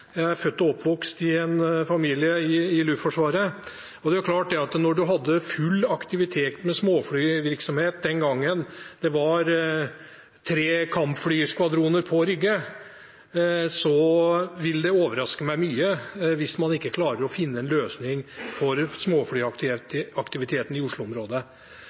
Jeg er født og oppvokst i en familie i Luftforsvaret. Den gangen hadde man full aktivitet med småflyvirksomhet, det var tre kampflyskvadroner på Rygge, og det vil overraske meg mye hvis man ikke klarer å finne en løsning for småflyaktiviteten i